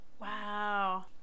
wow